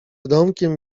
domkiem